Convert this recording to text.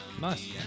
Nice